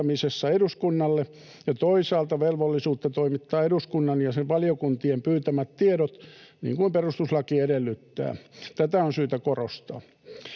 eduskunnalle ja toisaalta velvollisuutta toimittaa eduskunnan ja sen valiokuntien pyytämät tiedot niin kuin perustuslaki edellyttää. Tätä on syytä korostaa.